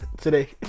Today